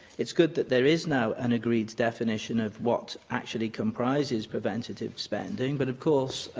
it's good that there is now an agreed definition of what actually comprises preventative spending, but, of course,